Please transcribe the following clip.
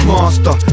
Master